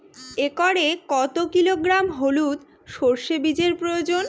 একরে কত কিলোগ্রাম হলুদ সরষে বীজের প্রয়োজন?